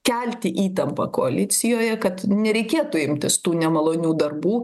kelti įtampą koalicijoje kad nereikėtų imtis tų nemalonių darbų